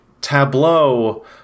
tableau